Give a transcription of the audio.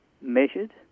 measured